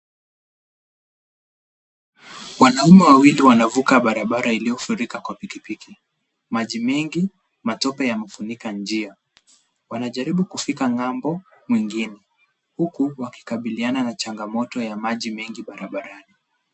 Wanaume wawili wanavuka barabara iliyofurika kwa pikipiki ,maji mengi ,matope yamefunika njia , wanajaribu kufika ng'ambo mwingine huku wakikabiliana na changamoto ya maji mengi barabarani .